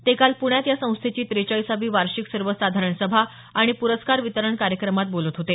ते काल पुण्यात या संस्थेची ट्रेचाळीसावी वार्षिक सर्वसाधारण सभा आणि प्रस्कार वितरण कार्यक्रमात बोलत होते